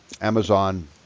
Amazon